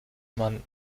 man